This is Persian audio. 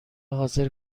حاضر